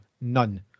None